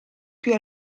più